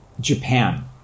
Japan